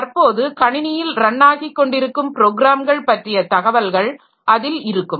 தற்போது கணினியில் ரன் ஆகிக் கொண்டிருக்கும் ப்ரோக்ராம்களை பற்றிய தகவல்கள் அதில் இருக்கும்